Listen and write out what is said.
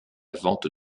vente